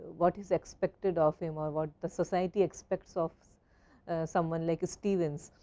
what is expected of him or what the society expects of someone like stevens,